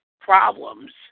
problems